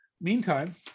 meantime